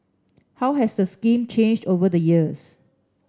how has the scheme changed over the years